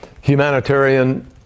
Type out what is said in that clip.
humanitarian